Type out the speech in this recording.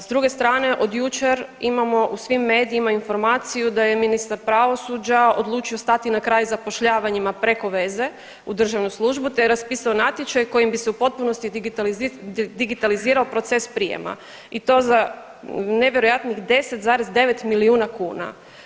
S druge strane, od jučer imamo u svim medijima informaciju da je ministar pravosuđa odlučio stati na kraj zapošljavanjima preko veze u državnu službu te je raspisao natječaj kojim bi se u potpunosti digitalizirao proces prijema i to za nevjerojatnih 10,9 milijuna kuna.